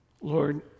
Lord